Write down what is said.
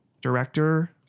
director